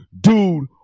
dude